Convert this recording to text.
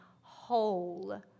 whole